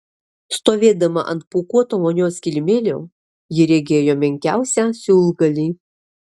stovėdama ant pūkuoto vonios kilimėlio ji regėjo menkiausią siūlgalį